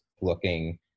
looking